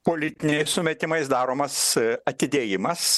politiniais sumetimais daromas atidėjimas